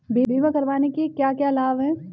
बीमा करवाने के क्या क्या लाभ हैं?